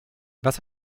was